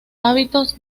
hábitos